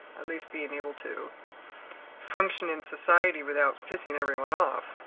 at least being able to function in society without pissing everyone off.